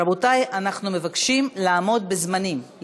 רבותי, אנחנו מבקשים לעמוד בזמנים.